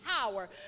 power